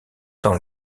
dans